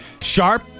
sharp